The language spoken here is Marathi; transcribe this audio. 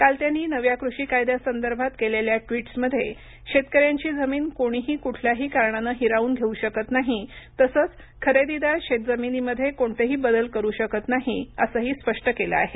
काल त्यांनी नव्या कृषी कायद्यासंदर्भात केलेल्या ट्विट्समध्ये शेतकऱ्यांची जमीन कोणीही कुठल्याही कारणानं हिरावून घेऊ शकत नाही तसंच खरेदीदार शेतजमिनीमध्ये कोणतेही बदल करू शकत नाही असंही स्पष्ट केलं आहे